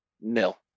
nil